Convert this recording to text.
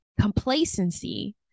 complacency